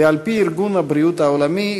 ועל-פי ארגון הבריאות העולמי,